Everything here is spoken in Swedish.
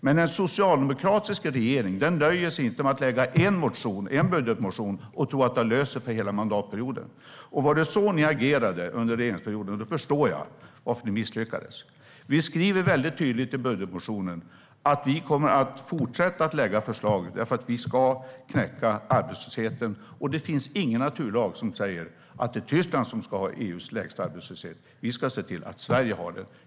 Men en socialdemokratisk regering nöjer sig inte med att väcka en motion, en budgetmotion, och tro att det har löst sig för hela mandatperioden. Var det så ni agerade under regeringsperioden förstår jag varför ni misslyckades. Vi skriver väldigt tydligt i budgetmotionen att vi kommer att fortsätta att lägga fram förslag, för vi ska knäcka arbetslösheten. Det finns ingen naturlag som säger att det är Tyskland som ska ha EU:s lägsta arbetslöshet. Vi ska se till att Sverige har det.